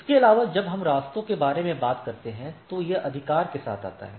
इसके अलावा जब हम रास्तों के बारे में बात करते हैं तो यह अधिकार के साथ आता है